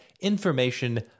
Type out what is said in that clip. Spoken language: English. information